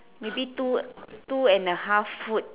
maybe two two and a half foot